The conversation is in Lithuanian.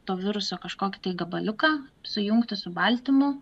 to viruso kažkokį tai gabaliuką sujungtą su baltymu